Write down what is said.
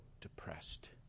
depressed